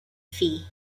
fee